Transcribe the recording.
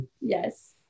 yes